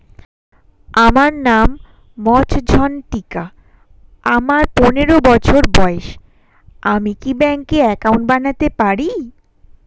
আমার নাম মজ্ঝন্তিকা, আমার পনেরো বছর বয়স, আমি কি ব্যঙ্কে একাউন্ট বানাতে পারি?